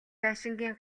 байшингийн